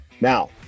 Now